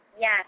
Yes